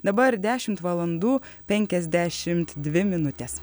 dabar dešimt valandų penkiasdešimt dvi minutės